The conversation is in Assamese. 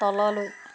তললৈ